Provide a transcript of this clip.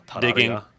digging